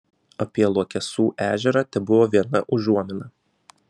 apie luokesų ežerą tebuvo viena užuomina